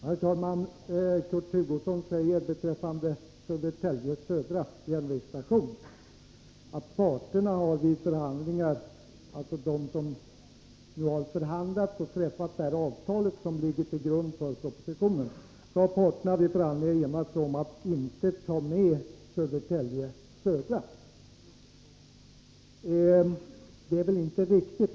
Herr talman! Kurt Hugosson säger beträffande Södertälje Södra järnvägsstation att de parter som har förhandlat och träffat det avtal som ligger till grund för propositionen har enats om att inte ta med Södertälje Södra i avtalet. Det är väl inte riktigt.